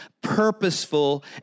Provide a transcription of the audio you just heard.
purposeful